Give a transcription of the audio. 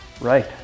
right